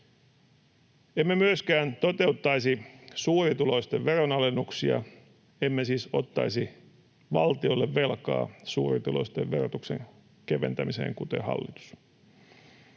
Emme myöskään toteuttaisi suurituloisten veronalennuksia, emme siis ottaisi valtiolle velkaa suurituloisten verotuksen keventämiseen, kuten hallitus.